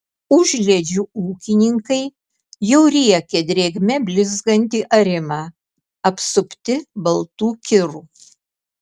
užliedžių ūkininkai jau riekia drėgme blizgantį arimą apsupti baltų kirų